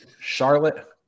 Charlotte